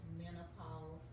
menopause